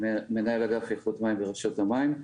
מנהל אגף איכות מים ברשות המים.